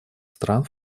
стран